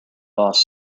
boss